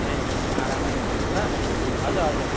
ए आरामै हुनुहुन्छ हजुर हजुर